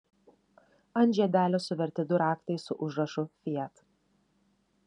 ant žiedelio suverti du raktai su užrašu fiat